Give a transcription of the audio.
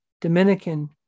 Dominican